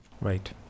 Right